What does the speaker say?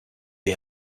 est